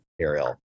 material